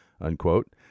unquote